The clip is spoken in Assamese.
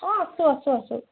অঁ আছোঁ আছোঁ আছোঁ